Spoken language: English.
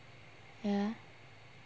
ya